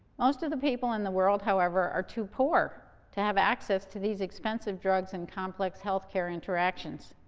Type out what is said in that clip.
most of the people in the world, however, are too poor to have access to these expensive drugs and complex healthcare interactions.